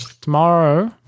Tomorrow